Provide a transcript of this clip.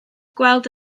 gweld